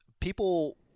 people